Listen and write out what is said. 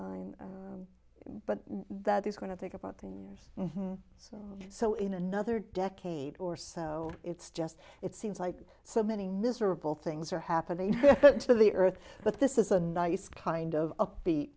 line but that is going to take about three years or so so in another decade or so it's just it seems like so many miserable things are happening to the earth but this is a nice kind of upbeat